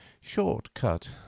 short-cut